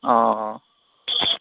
অঁ অঁ